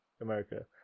America